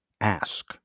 Ask